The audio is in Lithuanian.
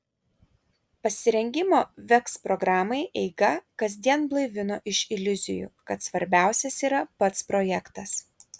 pasirengimo veks programai eiga kasdien blaivino iš iliuzijų kad svarbiausias yra pats projektas